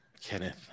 Kenneth